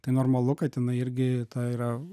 tai normalu kad jinai irgi ta yra